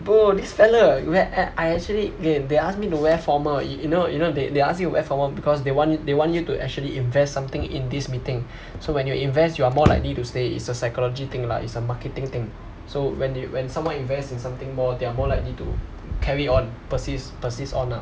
bro his fella where I I actually okay they ask me wear formal you know you know they they ask you to wear formal because they wan~ they want you to actually invest something in this meeting so when you invest you are more likely to stay it's a psychology thing lah it's a marketing thing so when they when someone invest in something more they are more likely to carry on persist persist on ah